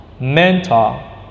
mental